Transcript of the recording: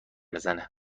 بزنه